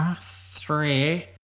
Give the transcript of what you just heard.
three